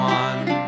one